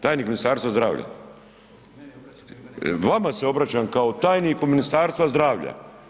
Tajnik Ministarstva zdravlja? ... [[Upadica se ne čuje.]] Vama se obraćam kao tajniku Ministarstva zdravlja.